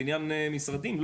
בניין משרדים?